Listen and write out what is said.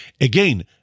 Again